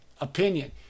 opinion